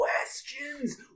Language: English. questions